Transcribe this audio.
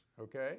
okay